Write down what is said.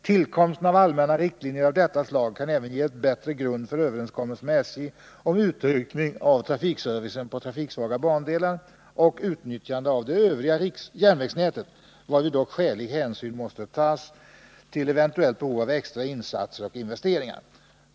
Tillkomsten av allmänna riktlinjer av detta slag kan även ge en bättre grund för överenskommelser med SJ om utökning av trafikservicen på trafiksvaga bandelar och utnyttjande av det övriga järnvägsnätet, varvid dock skälig hänsyn måste tas till ev. behov av extra insatser och investeringar.